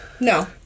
No